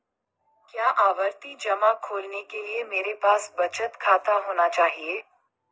क्या आवर्ती जमा खोलने के लिए मेरे पास बचत खाता होना चाहिए?